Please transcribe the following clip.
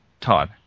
Todd